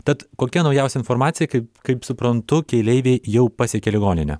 tad kokia naujausia informacija kaip kaip suprantu keleiviai jau pasiekė ligoninę